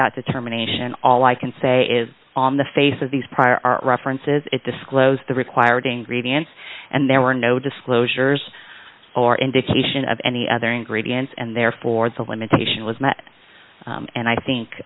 that determination all i can say is on the face of these prior art references it disclosed the required angry dance and there were no disclosures or indication of any other ingredients and therefore the limitation was met and i think